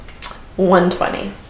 120